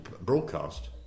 broadcast